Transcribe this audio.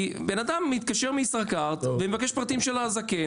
כי בן אדם מתקשר מישראכרט ומבקש פרטים של הזקן.